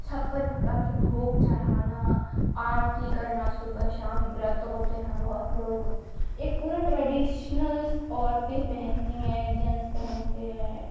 छप्पन प्रकार के भोग चढ़ाना आरती करना सुबह शाम व्रत होते हैं बहुत लोग एक पूरा ट्रेडिशनल औरतें पहनती हैं जेन्ट्स पहनते हैं